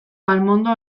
palmondo